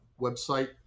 website